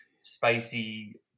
spicy